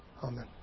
Amen